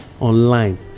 online